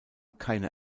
keine